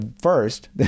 first